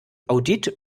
audit